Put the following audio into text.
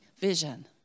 vision